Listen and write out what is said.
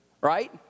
Right